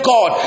God